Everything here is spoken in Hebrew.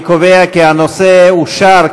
התשע"ז 2017,